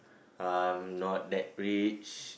I'm not that rich